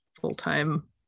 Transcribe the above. full-time